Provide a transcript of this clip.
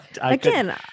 Again